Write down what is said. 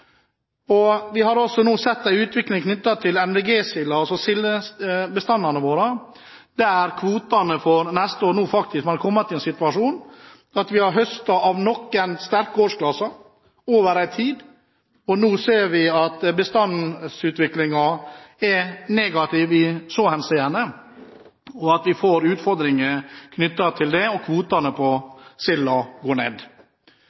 makrellen. Vi har også nå sett en utvikling for NVG-silda, altså sildebestandene våre, der vi har kommet i en situasjon når det gjelder kvotene for neste år, at vi faktisk har høstet av noen sterke årsklasser over en tid og nå ser at bestandsutviklingen er negativ, at vi får utfordringer knyttet til det, og at kvotene på silda går ned.